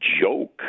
joke